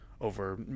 over